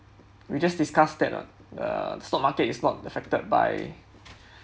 we just discussed that uh stock market is not affected by